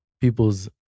people's